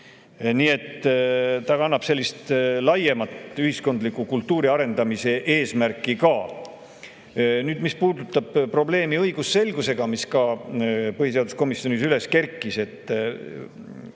Nii et see kannab sellist laiemat ühiskondliku kultuuri arendamise eesmärki ka. Nüüd, mis puudutab probleemi õigusselgusega, mis ka põhiseaduskomisjonis üles kerkis,